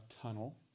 tunnel